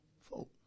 folk